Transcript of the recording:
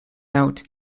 out